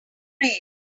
rain